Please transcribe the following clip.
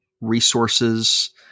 resources